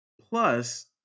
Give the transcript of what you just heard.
Plus